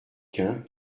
quint